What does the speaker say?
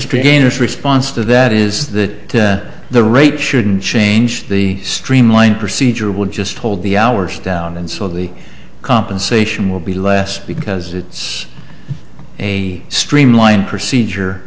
gainers response to that is that the rate shouldn't change the streamline procedure would just hold the hours down and so the compensation will be less because it's a streamlined procedure